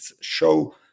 show